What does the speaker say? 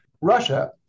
Russia